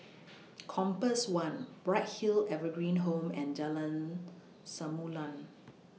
Compass one Bright Hill Evergreen Home and Jalan Samulun